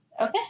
Okay